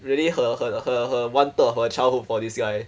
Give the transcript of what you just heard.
really her her her her one third of her childhood for this guy